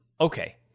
okay